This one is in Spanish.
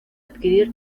adquirir